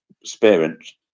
experience